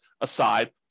aside